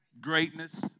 greatness